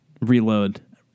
reload